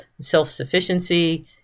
self-sufficiency